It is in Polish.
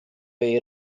jej